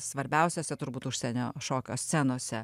svarbiausiose turbūt užsienio šokio scenose